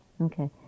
Okay